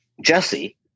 Jesse